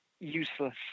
useless